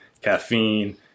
caffeine